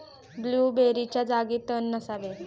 ब्लूबेरीच्या जागी तण नसावे